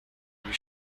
lui